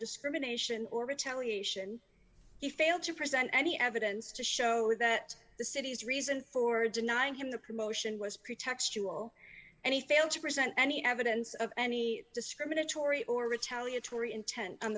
discrimination or retaliation he failed to present any evidence to show that the city's reason for denying him the promotion was pretextual and he failed to present any evidence of any discriminatory or retaliatory intent on